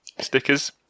stickers